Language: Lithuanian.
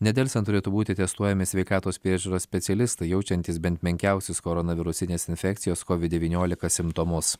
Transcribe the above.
nedelsiant turėtų būti testuojami sveikatos priežiūros specialistai jaučiantys bent menkiausius korona virusinės infekcijos covid devyniolika simptomus